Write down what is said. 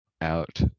out